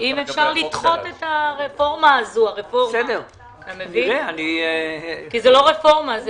אם אפשר לדחות את הרפורמה הזאת, כי זה לא רפורמה.